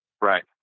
Right